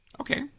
Okay